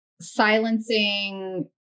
silencing